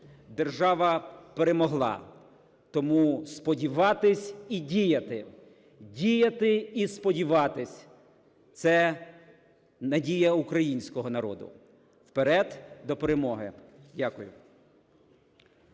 Держава перемогла, тому сподіватись і діяти, діяти і сподіватись – це надія українського народу. Вперед до перемоги! Дякую.